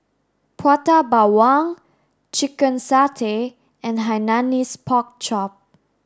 Prata Bawang chicken satay and Hainanese Pork Chop